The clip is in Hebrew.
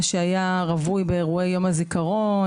מה שהיה רווי באירועי יום הזיכרון,